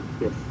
Yes